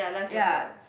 ya